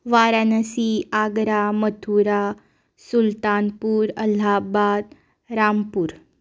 Varanasi Agra Mathura Sultanpur Allahabad Rampur